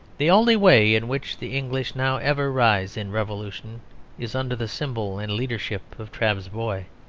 the only way in which the english now ever rise in revolution is under the symbol and leadership of trabb's boy.